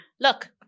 Look